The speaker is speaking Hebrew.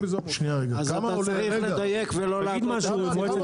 אתה צריך לדייק ולא להטעות.